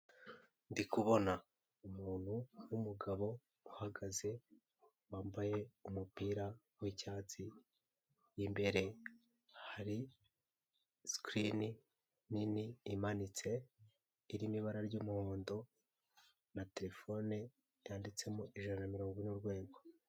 Ndi kubona umuntu w'umugabo uhagaze, wambaye umupira w'icyatsi, imbere hari sikirini nini imanitse iri mu ibara ry'umuhondo na telefone yanditse mo ijana na mirongo ine, urwego.